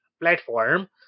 platform